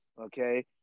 okay